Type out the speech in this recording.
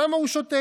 שם הוא שותק